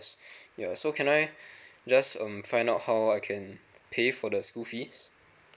yeah so can I just um find out how I can pay for the school fees